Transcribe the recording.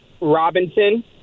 Robinson